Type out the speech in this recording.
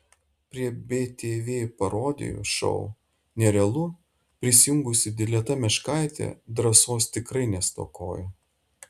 prie btv parodijų šou nerealu prisijungusi dileta meškaitė drąsos tikrai nestokoja